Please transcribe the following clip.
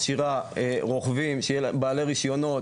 על רשות המיסים דיברנו בהקשר של בעיית המס והבעיה שנובעת